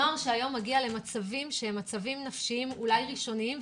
נוער שהיום מגיע למצבים שהם מצבים נפשיים אולי ראשוניים,